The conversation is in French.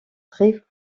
très